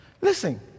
Listen